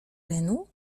renu